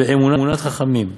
באמונת חכמים,